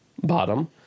bottom